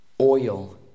oil